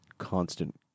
constant